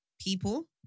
people